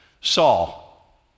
Saul